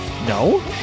No